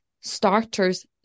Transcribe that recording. starters